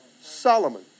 Solomon